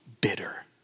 bitter